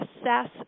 assess